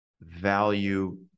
value